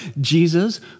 Jesus